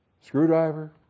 Screwdriver